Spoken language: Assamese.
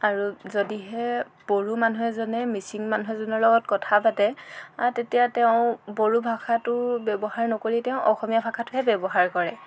আৰু যদিহে বড়ো মানুহ এজনে মিচিং মানুহ এজনৰ লগত কথা পাতে তেতিয়া তেওঁ বড়ো ভাষাটো ব্যৱহাৰ নকৰি তেওঁ অসমীয়া ভাষাটোহে ব্যৱহাৰ কৰে